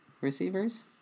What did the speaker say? receivers